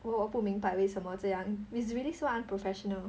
我我不明白为什么这样 is really so unprofessional